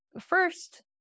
first